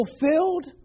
fulfilled